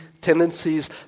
tendencies